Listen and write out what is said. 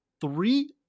three